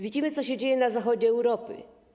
Widzimy, co się dzieje na zachodzie Europy.